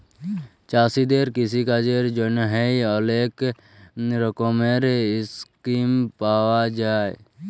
চাষীদের কিষিকাজের জ্যনহে অলেক রকমের ইসকিম পাউয়া যায়